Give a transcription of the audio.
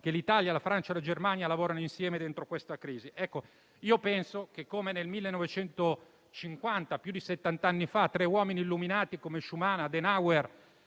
che l'Italia, la Francia e la Germania lavorano insieme dentro questa crisi. Ecco, io penso che, come nel 1950, più di settant'anni fa, tre uomini illuminati come Schuman, Adenauer